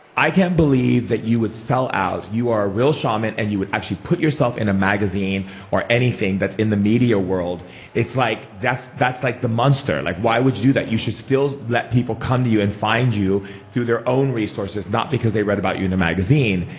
i can't believe that you would sell out. you are a real shaman, and you would actually put yourself in a magazine or anything that's in the media world like that's that's like the monster. like why would you do that? you should still let people come to you and find you through their own resources, not because they read about you in a magazine.